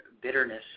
bitterness